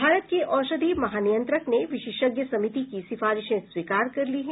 भारत के औषधि महानियंत्रक ने विशेषज्ञ समिति की सिफारिशें स्वीकार कर ली हैं